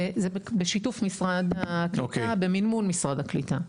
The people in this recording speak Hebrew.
זה בשיתוף משרד הקליטה במימון משרד הקליטה.